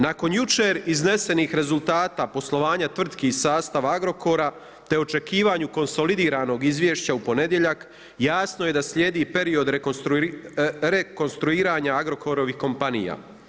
Nakon jučer iznesenih rezultata poslovanja tvrtki i sastav Agrokora, te očekivanju konsolidiranog izvješća u ponedjeljak jasno je da slijedi period rekonstruiranja Agrokorovih kompanija.